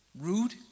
Rude